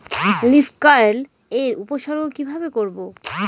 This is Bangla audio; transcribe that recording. লিফ কার্ল এর উপসর্গ কিভাবে করব?